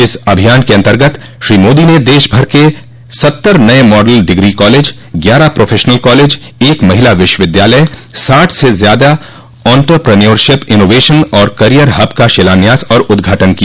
इस अभियान के अन्तर्गत श्री मोदी ने देश भर के सत्तर नये मॉडल डिग्री कालेज ग्यारह प्रोफेशनल कॉलेज एक महिला विश्वविद्यालय साठ से ज्यादा औन्टर प्रन्योरशिप इनोवेशन और कॅरियर हब का शिलान्यास और उद्घाटन किया